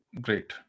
Great